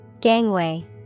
Gangway